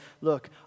look